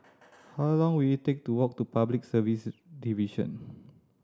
how long will it take to walk to Public Service Division